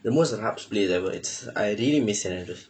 the most rabz place ever it's I really miss saint andrews